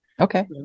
Okay